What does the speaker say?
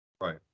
right